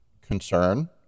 Concern